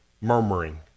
murmuring